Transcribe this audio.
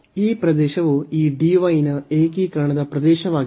ಈ ಪ್ರದೇಶವು ಈ dy ನ ಏಕೀಕರಣದ ಪ್ರದೇಶವಾಗಿದೆ